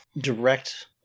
direct